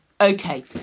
okay